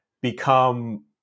become